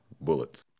Bullets